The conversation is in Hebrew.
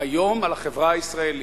היום על החברה הישראלית.